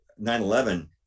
9-11